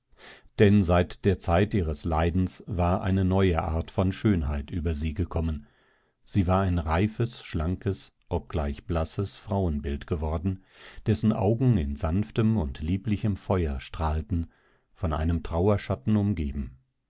denn seit der zeit ihres leidens war eine neue art von schönheit über sie gekommen sie war ein reifes schlankes obgleich blasses frauenbild geworden dessen augen in sanftem und lieblichem feuer strahlten von einem trauerschatten umgeben